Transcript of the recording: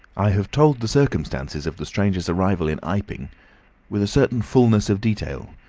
i have told the circumstances of the stranger's arrival in iping with a certain fulness of detail,